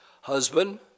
Husband